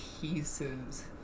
pieces